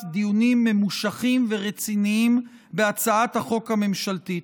דיונים ממושכים ורציניים בהצעת החוק הממשלתית.